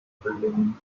building